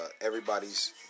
everybody's